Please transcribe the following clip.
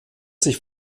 sich